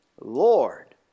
Lord